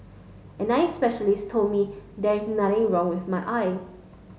an eye specialist told me there is nothing wrong with my eye